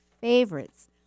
favorites